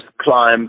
climb